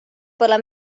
pole